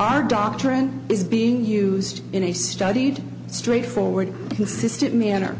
our doctrine is being used in a studied straightforward consistent manner